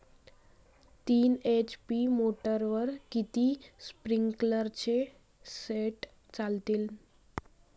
तीन एच.पी मोटरवर किती स्प्रिंकलरचे सेट चालतीन?